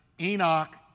Enoch